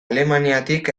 alemaniatik